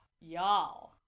y'all